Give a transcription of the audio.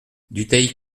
dutheil